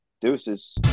Deuces